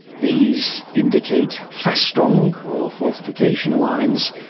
these indicate festung or fortification lines,